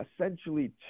essentially